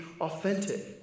authentic